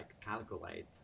calculate